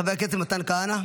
חבר הכנסת מתן כהנא,